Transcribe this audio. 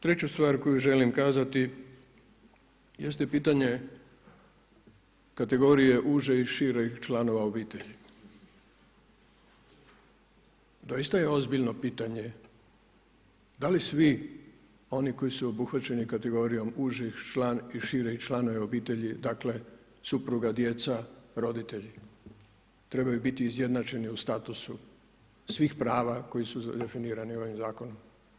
Treću stvar koju želim kazati jeste pitanje kategorije užih i širi članova obitelji. doista je ozbiljno pitanje da li svi oni koji su obuhvaćeni kategoriji uži član i širi član obitelji dakle supruga, djeca, roditelji trebaju biti izjednačeni u statusu svih prava koji su definirani ovom zakonom.